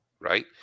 right